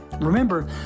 Remember